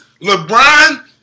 LeBron